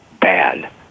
bad